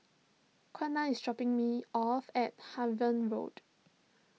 Qiana is dropping me off at Harvey Road